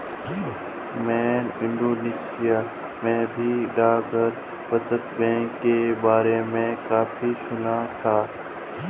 मैंने इंडोनेशिया में भी डाकघर बचत बैंक के बारे में काफी सुना था